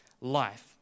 life